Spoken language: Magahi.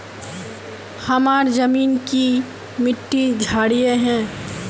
हमार जमीन की मिट्टी क्षारीय है?